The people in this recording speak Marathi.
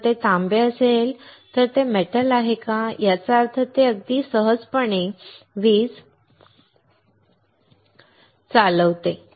जर ते तांबे असेल तर ते धातू आहे याचा अर्थ ते अगदी सहजपणे वीज चालवते